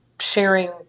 sharing